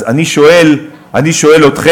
אז אני שואל אתכם,